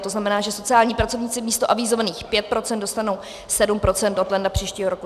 To znamená, že sociální pracovníci místo avizovaných 5 % dostanou 7 % od ledna příštího roku.